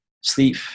sleep